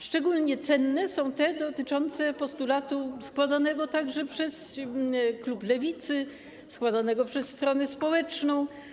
Szczególnie cenne są te dotyczące postulatu składanego także przez klub Lewicy, składanego przez stronę społeczną.